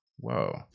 Whoa